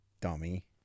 Dummy